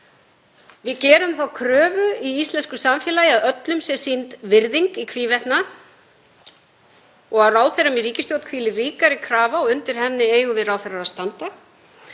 Við gerum þá kröfu í íslensku samfélagi að öllum sé sýnd virðing í hvívetna. Á ráðherrum í ríkisstjórn hvílir ríkari krafa og undir henni eigum við ráðherrar að standa.